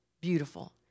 Beautiful